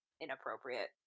inappropriate